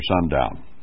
sundown